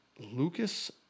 Lucas